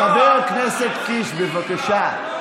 חבר הכנסת קיש, בבקשה.